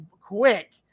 quick